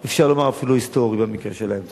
אפשר לומר אפילו היסטורי במקרה שלהם.